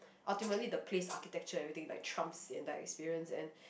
ultimately the place architecture everything like trumps the entire experience and